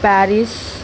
Paris